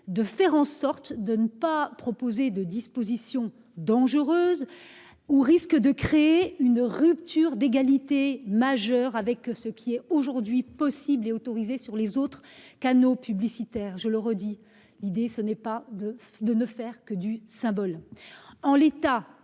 de faire en sorte de ne pas proposer de dispositions dangereuses. Ou risque de créer une rupture d'égalité majeure avec ce qu'il est aujourd'hui possible et autorisé sur les autres canaux publicitaires. Je le redis. L'idée, ce n'est pas de de ne faire que du symbole en l'état